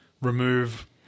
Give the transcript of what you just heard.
remove